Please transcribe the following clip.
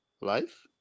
Life